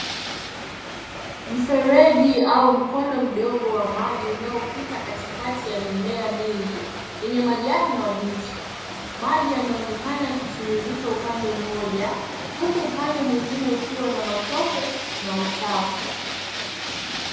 Mfereji au mkondo mdogo wa maji unaopita katikati ya mimea mingi, yenye majani mabichi. Maji yanaonekana yakitiririka upande mmoja huku upande mwingine ukiwa na matope na uchafu.